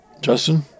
Justin